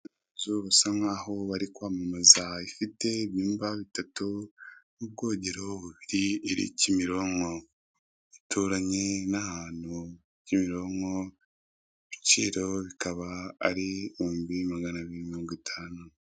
Inzu bisa nk'aho bari kwamamaza ifite ibyumba bitatu n'ubwogero bubiri iri Kimironko, ituranye n'ahantu Kimironko ibiciro bikaba ari ibihumbi maganabiri mirongo itanu.